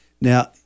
Now